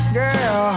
girl